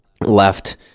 left